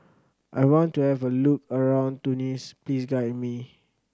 I want to have a look around Tunis please guide me